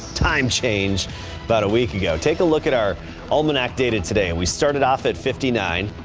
time change about a week ago take a look at our almanac dated today we started off at fifty nine,